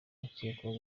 ukekwaho